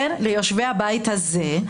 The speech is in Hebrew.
ליושבי הבית הזה,